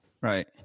Right